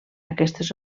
aquestes